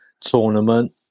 tournament